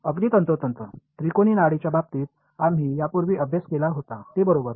अगदी तंतोतंत त्रिकोणी नाडीच्या बाबतीत आम्ही यापूर्वी अभ्यास केला होता ते बरोबर